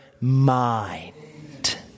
mind